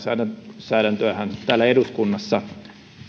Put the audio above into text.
lainsäädäntöähän täällä eduskunnassa